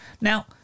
Now